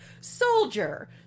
soldier